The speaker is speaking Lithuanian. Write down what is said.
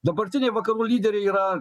dabartiniai vakarų lyderiai yra